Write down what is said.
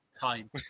time